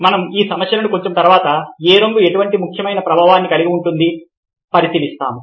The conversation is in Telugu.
మనం ఈ సమస్యలను కొంచెం తరువాత ఏ రంగు ఎటువంటి ముఖ్యమైన ప్రభావాన్ని కలిగి ఉంటుంది పరిశీలిస్తాము